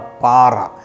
para